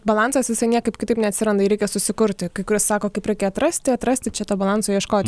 balansas jisai niekaip kitaip neatsiranda jį reikia susikurti kai kurie sako kaip reikia atrasti atrasti čia to balanso ieškoti